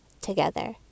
together